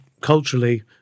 culturally